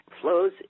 flows